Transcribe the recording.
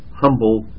humble